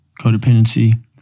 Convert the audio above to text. Codependency